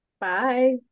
Bye